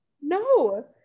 no